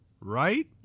Right